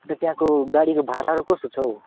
अन्त त्यहाँको गाडीको भाडाहरू कस्तो छ हौ